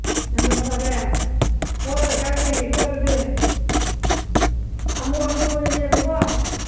number seven ꯍꯣꯏ ꯀꯀꯥ ꯌꯦꯡꯒꯦꯀꯣ ꯑꯗꯨꯗꯤ ꯑꯃꯨꯕꯗꯅꯦꯕꯀꯣ